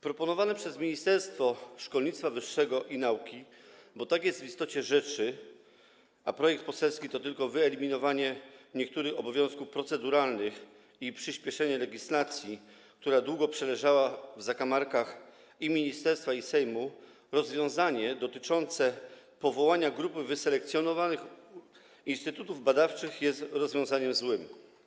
Proponowane przez Ministerstwo Szkolnictwa Wyższego i Nauki - bo tak jest w istocie rzeczy, a projekt poselski to tylko wyeliminowanie niektórych obowiązków proceduralnych i przyspieszenie prac nad legislacją, która długo przeleżała w zakamarkach i ministerstwa, i Sejmu - rozwiązanie dotyczące powołania grupy wyselekcjonowanych instytutów badawczych jest rozwiązaniem złym.